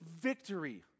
Victory